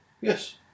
Yes